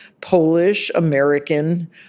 Polish-American